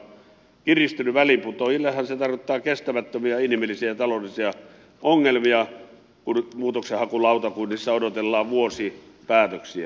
väliinputoajillehan se tarkoittaa kestämättömiä inhimillisiä ja taloudellisia ongelmia kun nyt muutoksenhakulautakunnissa odotellaan vuosi päätöksiä